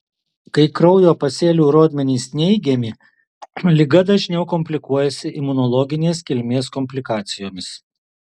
kai kraujo pasėlių rodmenys neigiami liga dažniau komplikuojasi imunologinės kilmės komplikacijomis